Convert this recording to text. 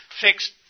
fixed